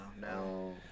no